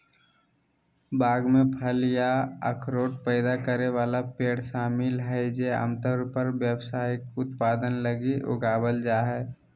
बाग में फल या अखरोट पैदा करे वाला पेड़ शामिल हइ जे आमतौर पर व्यावसायिक उत्पादन लगी उगावल जा हइ